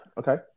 okay